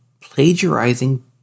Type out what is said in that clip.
plagiarizing